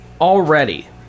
already